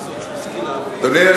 בבקשה, אדוני.